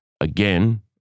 again